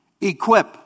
Equip